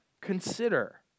consider